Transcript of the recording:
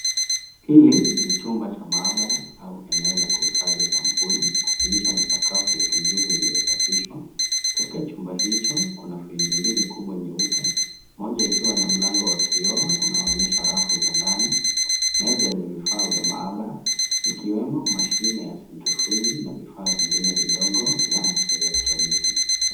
Hili ni chumba cha maabara au eneo la kuhifadhi sampuli kilicho na sakafu ya kijivu iliyosafiwa. Katika chumba hicho kuna fridgi mbili kubwa nyeupe. Mmoja ikiwa na mlango wa kioo unaoonyesha rafu za ndani meza yenye vifaa vya maabara vikiwemo mashine ya centrofuzi na vifaa vingine vidogo vya kielektroniki.